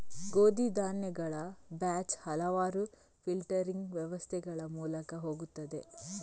ಗೋಧಿ ಧಾನ್ಯಗಳ ಬ್ಯಾಚ್ ಹಲವಾರು ಫಿಲ್ಟರಿಂಗ್ ವ್ಯವಸ್ಥೆಗಳ ಮೂಲಕ ಹೋಗುತ್ತದೆ